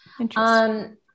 Interesting